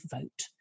vote